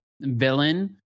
villain